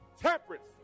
temperance